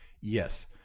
yes